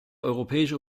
europäische